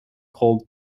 cold